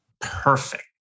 perfect